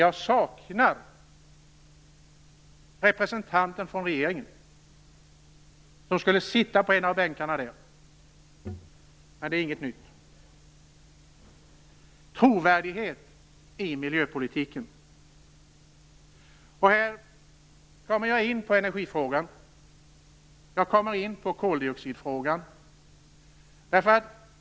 Jag saknar representanten från regeringen, som skulle sitta på en av bänkarna här. Men detta är inget nytt. Det handlar, som sagt, om trovärdigheten i miljöpolitiken. Jag kommer in på energifrågan och koldioxidfrågan.